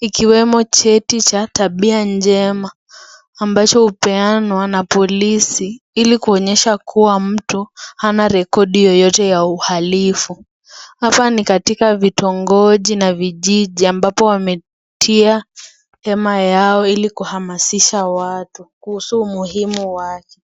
,ikiwemo cheti cha tabia njema ambacho hupeanwa na polisi ili kuonyesha kuwa mtu hana rekodi yeyote ya uhalifu. Hapa ni katikati vitongoji na vijiji ambapo wametia hema yao ili kuhamasisha watu kuhusu umuhimu wake.